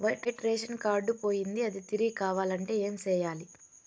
white ration card పోయింది అది తిరిగి కావాలంటే ఏం సేయాలి